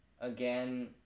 Again